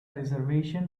reservation